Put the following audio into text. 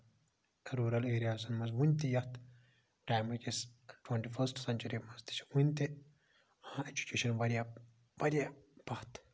rural ایریازَن مَنٛز وٕنہِ تہِ یتھ ٹایمہٕ کِس ٹُونٹی فٔسٹ سیٚنچُری مَنٛز تہِ چھِ وٕنہِ تہِ ایٚجُکیشن واریاہ واریاہ پتھ